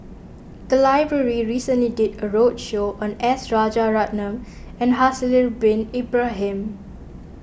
the library recently did a roadshow on S Rajaratnam and Haslir Bin Ibrahim